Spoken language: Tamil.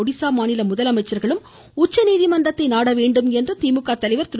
ஒடிசா மாநில முதலமைச்சர்களும் உச்சநீதிமன்றத்தை நாட வேண்டும் என்று திமுக தலைவர் திரு